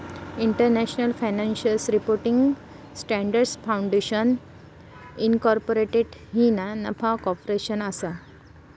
international financial reporting standards foundation incorporated ही ना नफा कॉर्पोरेशन असा